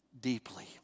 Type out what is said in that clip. deeply